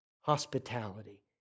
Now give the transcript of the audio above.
hospitality